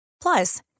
Plus